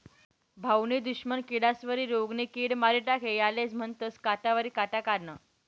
भाऊनी दुश्मन किडास्वरी रोगनी किड मारी टाकी यालेज म्हनतंस काटावरी काटा काढनं